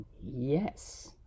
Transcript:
yes